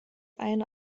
eine